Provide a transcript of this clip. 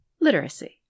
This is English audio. literacy